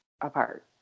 apart